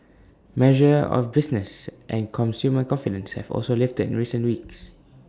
measures of business and consumer confidence have also lifted in recent weeks